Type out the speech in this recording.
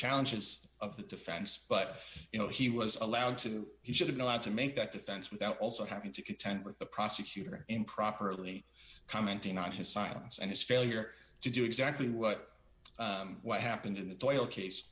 challenges of the defense but you know she was allowed to he should have known how to make that defense without also having to contend with the prosecutor improperly commenting on his silence and his failure to do exactly what what happened in the toilet case